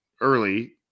early